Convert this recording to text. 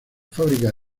fábrica